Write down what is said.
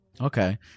Okay